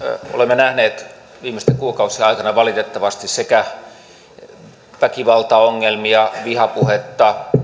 olemme nähneet viimeisten kuukausien aikana valitettavasti väkivaltaongelmia vihapuhetta